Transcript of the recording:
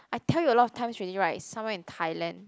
I tell you a lot of times already right it's somewhere in Thailand